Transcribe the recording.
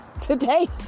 today